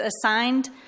assigned